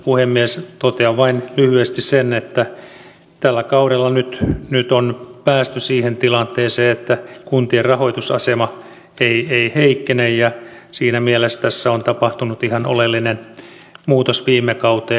puhemies totean vain lyhyesti sen että tällä kaudella nyt on päästy siihen tilanteeseen että kuntien rahoitusasema ei heikkene ja siinä mielessä tässä on tapahtunut ihan oleellinen muutos viime kauteen